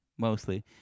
Mostly